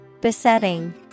Besetting